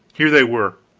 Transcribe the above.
here they were,